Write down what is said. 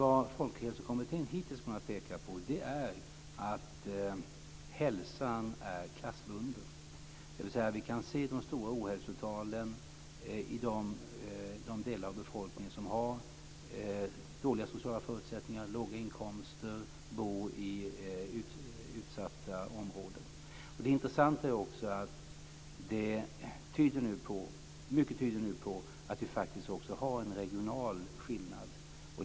Vad folkhälsokommittén hittills har kunnat peka på är att hälsan är klassbunden, dvs. att vi kan se de stora ohälsotalen i de delar av befolkningen som har dåliga sociala förutsättningar, låga inkomster och bor i utsatta områden. Det intressanta är också att mycket nu tyder på att det faktiskt också finns en regional skillnad.